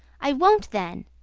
i won't then.